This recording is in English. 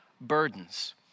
burdens